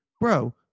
bro